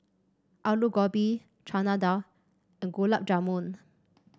Alu Gobi Chana Dal and Gulab Jamun